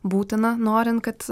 būtina norint kad